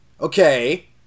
Okay